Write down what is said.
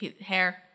hair